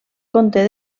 conté